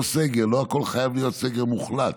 לא סגר, לא הכול חייב להיות סגר מוחלט.